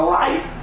life